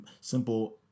simple